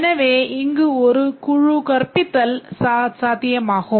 எனவே இங்கு ஒரு குழு கற்பித்தல் சாத்தியமாகும்